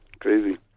crazy